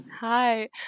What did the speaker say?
Hi